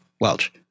Welch